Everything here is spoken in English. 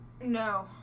No